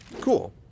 Cool